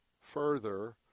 further